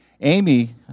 Amy